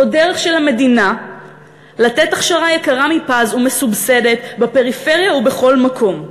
זו דרך של המדינה לתת הכשרה יקרה מפז ומסובסדת בפריפריה ובכל מקום: